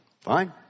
Fine